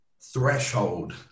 threshold